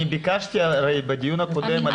אני ביקשתי בדיון הקודם מידע